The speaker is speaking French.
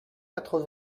quatre